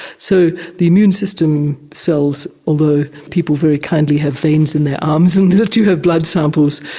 so the immune system cells, although people very kindly have veins in their arms and let you have blood samples,